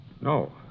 No